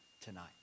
tonight